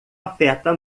afeta